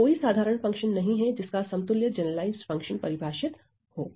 ऐसा कोई साधारण फंक्शन नहीं है जिसका समतुल्य जनरलाइज्ड फंक्शन परिभाषित हो